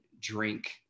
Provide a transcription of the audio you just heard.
drink